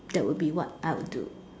that would be what I would do